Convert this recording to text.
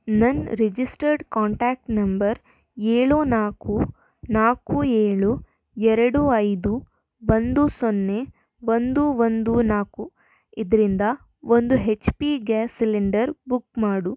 ನನ್ನ registered contact number ಏಳು ನಾಲ್ಕು ನಾಲ್ಕು ಏಳು ಎರಡು ಐದು ಒಂದು ಸೊನ್ನೆ ಒಂದು ಒಂದು ನಾಲ್ಕು ಇದರಿಂದ ಒಂದು H P gas cylinder book ಮಾಡು